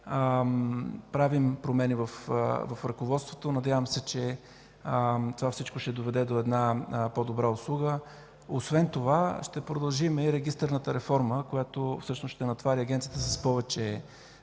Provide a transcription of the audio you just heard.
Правим промени в ръководството, надявам се, че всичко това ще доведе до една по-добра услуга. Освен това ще продължим и регистърната реформа, която всъщност ще натовари Агенцията с повече